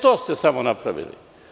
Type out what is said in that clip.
To ste samo napravili.